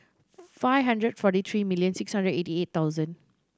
five hundred forty tree million six hundred eighty eight thousand